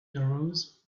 arose